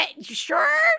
sure